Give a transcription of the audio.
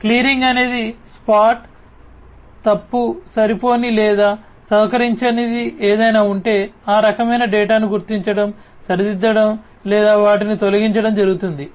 clearing అనేది spot తప్పు సరిపోని లేదా సహకరించనిది ఏదైనా ఉంటే ఆ రకమైన డేటాను గుర్తించడం సరిదిద్దడం లేదా వాటిని తొలగించడం జరుగుతుంది